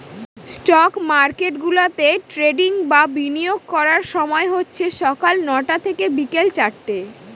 stock market গুলাতে trading বা বিনিয়োগ করার সময় হচ্ছে সকাল নটা থেকে বিকেল চারটে